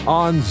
on